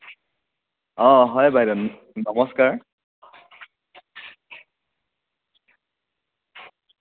অ' হয় বাইদ' নমস্কাৰ